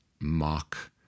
mock